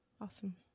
Awesome